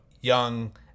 young